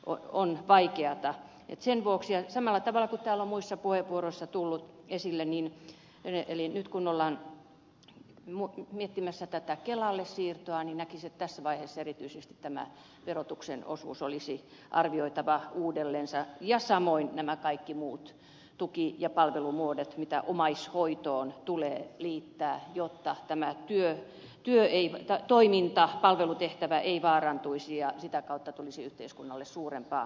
on vaikeata ja sen vuoksi ja samalla tavalla kuin täällä on muissa puheenvuoroissa tullut esille niin nyt kun ollaan miettimässä tätä kelalle siirtoa niin näkisin että tässä vaiheessa erityisesti tämä verotuksen osuus olisi arvioitava uudelleen ja samoin nämä kaikki muut tuki ja palvelumuodot mitä omaishoitoon tulee liittää jotta tämä toiminta palvelutehtävä ei vaarantuisi ja sitä kautta tulisi yhteiskunnalle suurempaa laskua